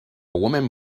woman